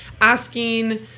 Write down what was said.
asking